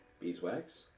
beeswax